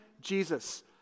Jesus